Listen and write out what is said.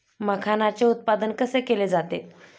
मखाणाचे उत्पादन कसे केले जाते?